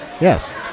Yes